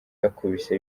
yakubise